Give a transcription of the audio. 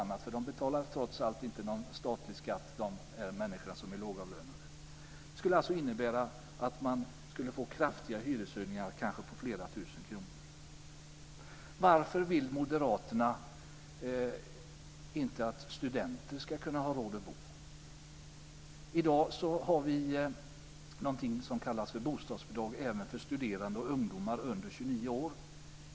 Så skulle det bli oavsett om man talar om att man ska sänka skatter och annat för de här människorna som är lågavlönade betalar trots allt inte någon statlig skatt. Varför vill moderaterna inte att studenter ska kunna ha råd att bo? I dag har vi någonting som kallas för bostadsbidrag även för studerande och ungdomar under 29 år.